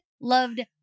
Loved